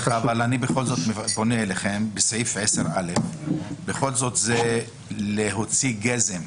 אני בכל זאת פונה אליכם לגבי סעיף 10, לגבי הגזם.